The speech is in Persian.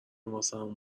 واسمون